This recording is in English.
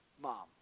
mom